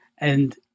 And-